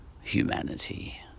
humanity